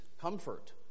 comfort